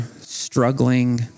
struggling